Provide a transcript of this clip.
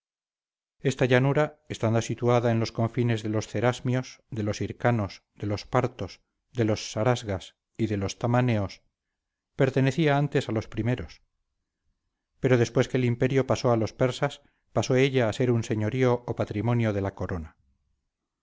esta llanura estando situada en los confines de los cerasmios de los hircanios de los partos de los sarasgas y de los tamaneos pertenecía antes a los primeros pero después que el imperio pasó a los persas pasó ella a ser un señorío o patrimonio de la corona